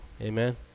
Amen